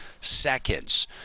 seconds